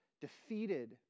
defeated